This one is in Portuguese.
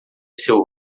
seu